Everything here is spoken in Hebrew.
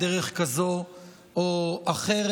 בדרך כזאת או אחרת.